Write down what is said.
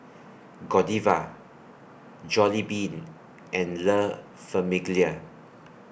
Godiva Jollibean and La Famiglia